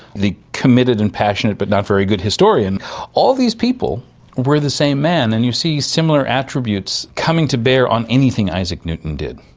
the committed and passionate but not very good historian all these people were the same man. and you see similar attributes coming to bear on anything isaac newton did,